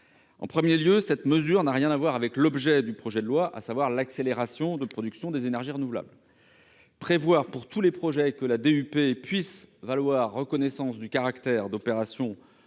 D'abord, cette mesure n'a rien à voir avec l'objet du projet de loi, à savoir l'accélération de la production des énergies renouvelables. Prévoir que la DUP puisse valoir reconnaissance du caractère d'opérations